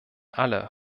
alle